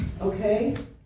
Okay